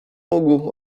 mógł